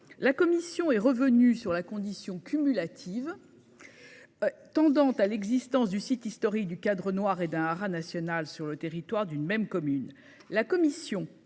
La commission est revenue sur la condition cumulative. Tendant à l'existence du site historique du Cadre Noir et d'un haras national sur le territoire d'une même commune. La commission